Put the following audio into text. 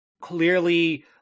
Clearly